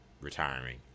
retiring